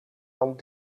dan